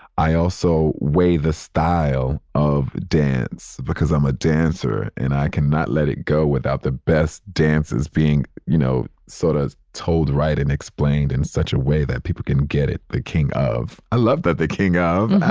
i also weigh the style of dance because i'm a dancer and i cannot let it go without the best dancers being, you know, sort of told right and explained in such a way that people can get it. the king of, i love that the king of.